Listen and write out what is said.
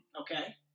okay